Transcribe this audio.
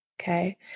Okay